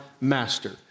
master